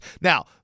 Now